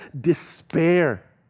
despair